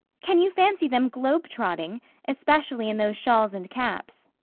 can you fancy them globe-trotting' especially in those shawls and caps?